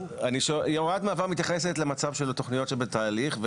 הוראת מעבר מתייחסת למצב של תוכניות בתהליך,